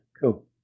cool